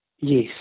Yes